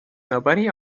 nobody